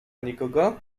nikogo